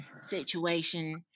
situation